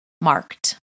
marked